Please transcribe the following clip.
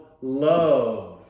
Love